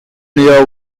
near